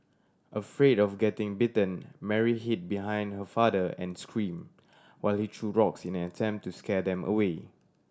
afraid of getting bitten Mary hid behind her father and screamed while he threw rocks in an attempt to scare them away